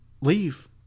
leave